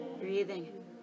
breathing